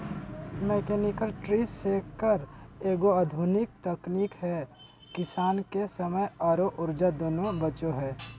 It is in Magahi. मैकेनिकल ट्री शेकर एगो आधुनिक तकनीक है किसान के समय आरो ऊर्जा दोनों बचो हय